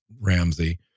Ramsey